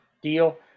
deal